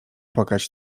płakać